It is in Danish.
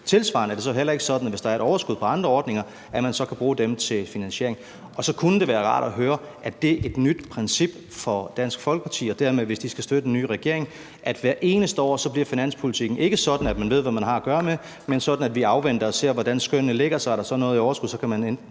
Tilsvarende er det så heller ikke sådan, at man, hvis der er et overskud på andre ordninger, så kan man bruge dem til finansiering. Og så kunne det være rart at høre, om det er et nyt princip for Dansk Folkeparti – og dermed noget, der gælder, hvis de skal støtte en ny regering – at hvert eneste år bliver finanspolitikken ikke sådan, at man ved, hvad man har at gøre med, men sådan, at man afventer og ser, hvordan skønnene lægger sig, og hvis der så er noget i overskud, kan man bruge